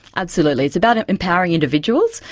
absolutely, it's about empowering individuals,